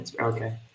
okay